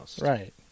Right